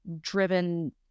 driven